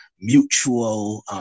mutual